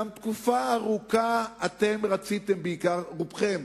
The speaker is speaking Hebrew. תקופה ארוכה גם אתם רציתם, רובכם,